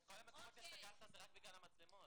את כל המקומות שסגרת זה רק בגלל המצלמות.